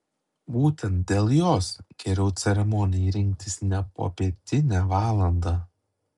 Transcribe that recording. būtent dėl jos geriau ceremonijai rinktis ne popietinę valandą